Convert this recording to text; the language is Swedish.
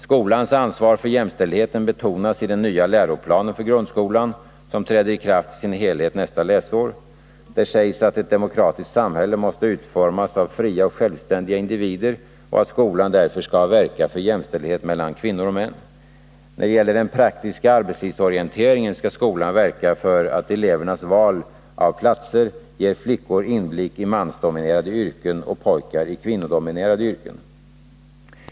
Skolans ansvar för jämställdheten betonas i den nya läroplanen för grundskolan, som träder i kraft i sin helhet nästa läsår. Här sägs att ett demokratiskt samhälle måste utformas av fria och självständiga individer och att skolan därför skall verka för jämställdhet mellan kvinnor och män. När det gäller den praktiska arbetslivsorienteringen skall skolan verka för att elevernas val av platser ger flickor inblick i mansdominerade yrken och pojkar i kvinnodominerade yrken.